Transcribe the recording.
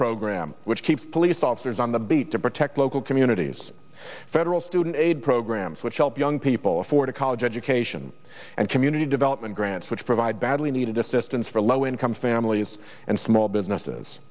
program which keeps police officers on the beat to protect local communities federal student aid programs which help young people afford a college education and community development grants which provide badly needed assistance for low income families and small businesses